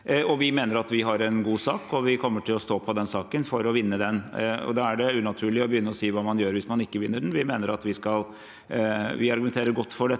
Vi mener at vi har en god sak, og vi kommer til å stå på i den saken for å vinne den. Da er det unaturlig å begynne å si hva man gjør hvis man ikke vinner den. Vi argumenterer godt for dette,